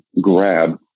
grab